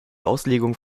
auslegung